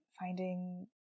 finding